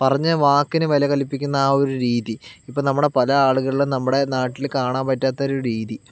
പറഞ്ഞ വാക്കിനു വില കൽപ്പിക്കുന്ന ആ ഒരു രീതി ഇപ്പം നമ്മുടെ പല ആളുകളിലും നമ്മുടെ നാട്ടിൽ കാണാൻ പറ്റാത്തൊരു രീതി